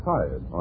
Tired